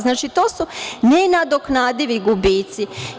Znači, to su nenadoknadivi gubici.